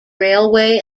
railway